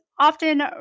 often